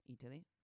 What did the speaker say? Italy